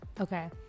Okay